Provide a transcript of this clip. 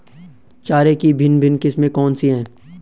चारे की भिन्न भिन्न किस्में कौन सी हैं?